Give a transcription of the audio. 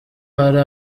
hari